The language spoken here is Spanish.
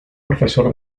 profesor